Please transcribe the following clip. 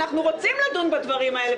אנחנו רוצים לדון בדברים האלה,